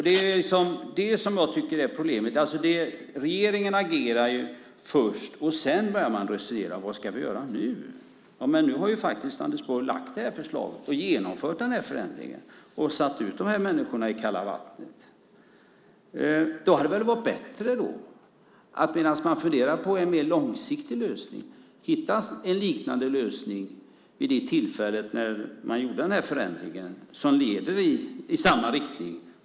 Det som jag tycker är problemet är att regeringen agerar först och sedan börjar resonera om vad vi ska göra nu. Men nu har faktiskt Anders Borg lagt fram det här förslaget, genomfört den här förändringen och satt ut de här människorna i kalla vattnet. Det hade väl varit bättre att medan man funderade på en mer långsiktig lösning hitta en liknande lösning som den förändring man gjorde för de kommunala dagbarnvårdarna och som leder i samma riktning.